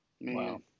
Wow